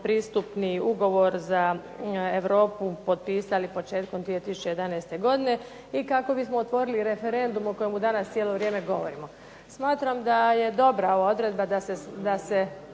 pristupni ugovor za Europu potpisali 2011. godine, i kako bismo otvorili referendum o kojemu danas cijelo vrijeme govorimo. Smatram a je dobra ova odredba da će